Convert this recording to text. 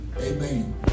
Amen